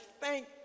thank